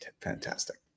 fantastic